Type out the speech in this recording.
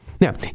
Now